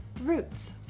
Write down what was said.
roots